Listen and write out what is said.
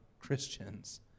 Christians